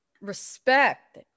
Respect